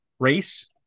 Race